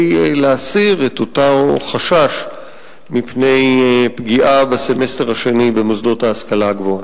להסיר את אותו חשש מפני פגיעה בסמסטר השני במוסדות להשכלה גבוהה.